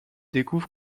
découvre